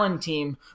team